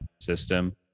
system